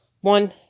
one